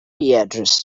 address